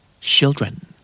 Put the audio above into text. children